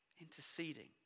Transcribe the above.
interceding